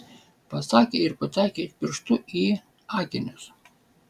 pasakė ir pataikė it pirštu į akinius